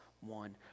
one